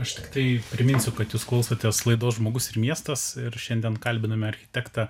aš tiktai priminsiu kad jūs klausotės laidos žmogus ir miestas ir šiandien kalbiname architektą